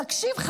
תקשיב,